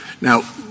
Now